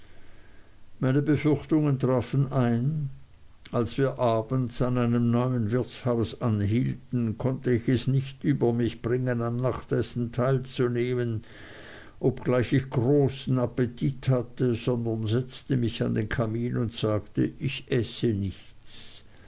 meine befürchtungen trafen ein als wir abends an einem neuen wirtshaus anhielten konnte ich es nicht über mich bringen am nachtessen teilzunehmen obgleich ich großen appetit hatte sondern setzte mich an den kamin und sagte ich äße nichts